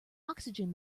oxygen